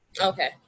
Okay